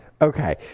Okay